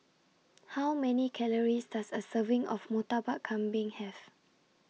How Many Calories Does A Serving of Murtabak Kambing Have